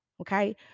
Okay